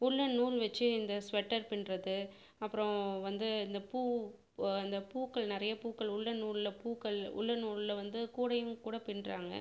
உல்லன் நூல் வைச்சு இந்த ஸ்வெட்டர் பின்னுறது அப்புறம் வந்து இந்த பூ இந்த பூக்கள் நிறைய பூக்கள் உல்லன் நூலில் பூக்கள் உல்லன் நூலில் வந்து கூடையும் கூட பின்னுறாங்க